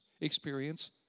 experience